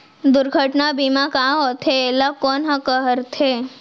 दुर्घटना बीमा का होथे, एला कोन ह करथे?